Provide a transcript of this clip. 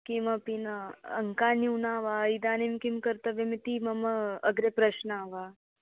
किमपि न अङ्का न्यूना वा इदानीं किं कर्तव्यमिति मम अग्रे प्रश्नं वा